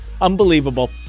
Unbelievable